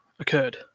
Occurred